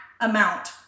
amount